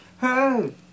Hey